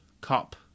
Cup